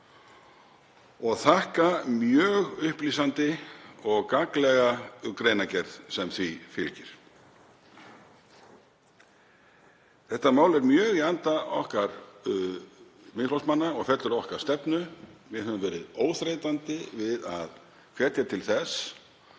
og þakka mjög upplýsandi og gagnlega greinargerð sem því fylgir. Þetta mál er mjög í anda okkar Miðflokksmanna og fellur að stefnu okkar. Við höfum verið óþreytandi við að hvetja til þess